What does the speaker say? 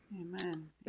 Amen